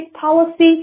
policy